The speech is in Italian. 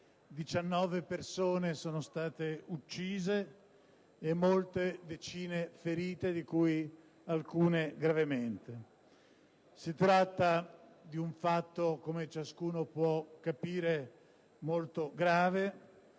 19 persone sono state uccise e molte decine ferite, di cui alcune gravemente. Si tratta di un fatto, come ciascuno può capire, molto grave;